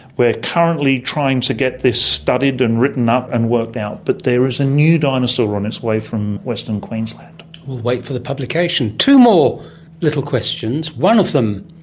we are currently trying to get this studied and written up and worked out, but there is a new dinosaur on its way from western queensland. we'll wait for the publication. two more little questions, one of them,